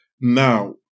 now